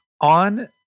On